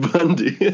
Bundy